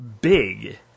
big